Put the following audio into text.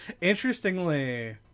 interestingly